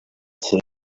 say